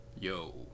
yo